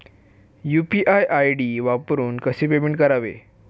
UPI ID वापरून कसे payment करावे?